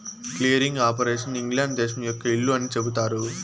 clearing operation England దేశం యొక్క ఇల్లు అని చెబుతారు